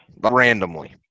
randomly